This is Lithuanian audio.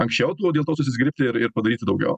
anksčiau tuo dėl to susizgribti ir padaryti daugiau